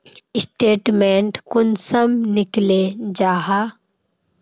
Statement कुंसम निकले जाहा?